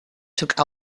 took